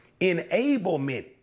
enablement